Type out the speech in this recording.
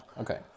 Okay